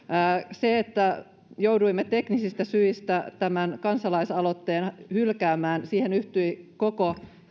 siitä että jouduimme teknisistä syistä tämän kansalaisaloitteen hylkäämään siihen yhtyi koko